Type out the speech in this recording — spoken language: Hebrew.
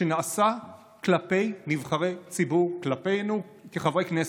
שנעשה כלפי נבחרי ציבור, כלפינו כחברי כנסת.